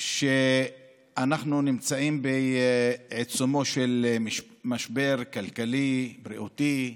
שאנחנו נמצאים בעיצומו של משבר כלכלי, בריאותי,